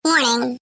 Morning